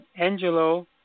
Angelo